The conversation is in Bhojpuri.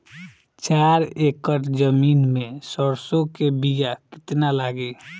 चार एकड़ जमीन में सरसों के बीया कितना लागी?